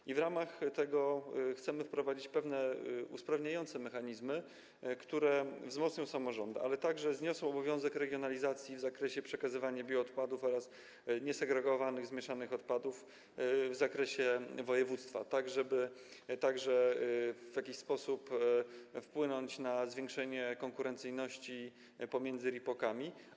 I w ramach tego chcemy wprowadzić pewne usprawniające mechanizmy, które wzmocnią samorządy, ale także zniosą obowiązek regionalizacji w zakresie przekazywania bioodpadów oraz niesegregowanych, zmieszanych odpadów w obrębie województwa, tak żeby także w jakiś sposób wpłynąć na zwiększenie konkurencyjności pomiędzy RIPOK-ami.